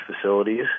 facilities